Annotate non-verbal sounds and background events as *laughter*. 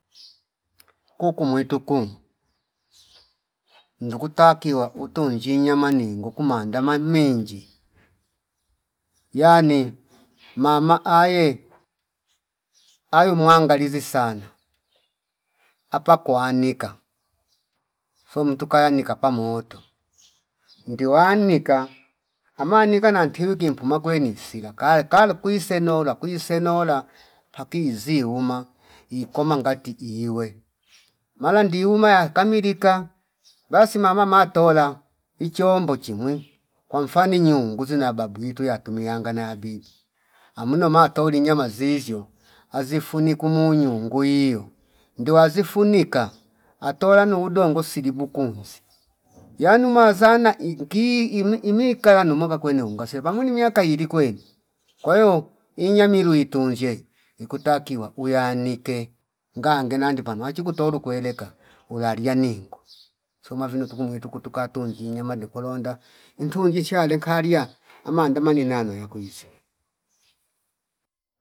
*noise* Kuku mwituku *noise* njikutakiwa utonzi nyama ningo kumandama nenji yani mama aye, aye muangalizi sana apa kuanika fum tukayanika pamoto ndiwa nika ama nika nantiwi kimpuka kweni sila kaye kalo kwi senola kwi senola pakizi uma iko mangati iwe mala ndiu maya kamilika basi mama matola ichombo chimwi kwa mfanyi nyinguzi na babu itu yatumiyanga na bibi *noise* amna matoli nyama zizyo azi funiku munyungwi ndiwa zifunika atola ni udongo silibu kunzi yanu mazana inkii imi ikala numaka kwene ungaseva amuni miaka ili kwene kwa hio inyamilu itunzshe iku takiwa uyanike ngange nandi pano wachikutolo kweleka ulalia ningo *noise* suma vino tuku mwituka tukinzi nema nikolonda intunji sha lenkalia amanda manino yano wekwiza *noise*